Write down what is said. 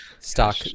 stock